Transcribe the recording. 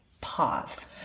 pause